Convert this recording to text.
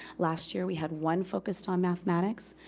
last year, we had one focused on mathematics.